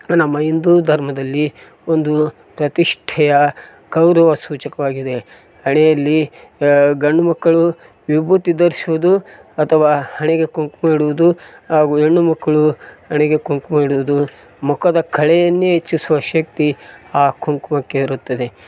ನಮ್ಮ ಹಿಂದೂ ಧರ್ಮದಲ್ಲಿ ಒಂದು ಪ್ರತಿಷ್ಠೆಯ ಗೌರವ ಸೂಚಕವಾಗಿದೆ ಹಣೆಯಲ್ಲಿ ಗಂಡು ಮಕ್ಕಳು ವಿಭೂತಿ ಧರಿಸೋದು ಅಥವಾ ಹಣೆಗೆ ಕುಂಕುಮ ಇಡುವುದು ಹಾಗೂ ಹೆಣ್ಣು ಮಕ್ಕಳು ಹಣೆಗೆ ಕುಂಕುಮ ಇಡುವುದು ಮುಖದ ಖಳೆಯನ್ನೇ ಹೆಚ್ಚಿಸುವ ಶಕ್ತಿ ಆ ಕುಂಕುಮಕ್ಕೆ ಇರುತ್ತದೆ